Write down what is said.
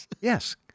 Yes